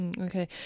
Okay